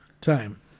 time